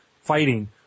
fighting